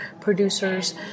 producers